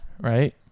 Right